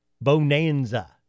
Bonanza